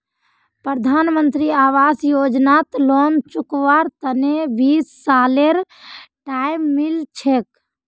प्रधानमंत्री आवास योजनात लोन चुकव्वार तने बीस सालेर टाइम मिल छेक